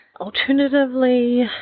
Alternatively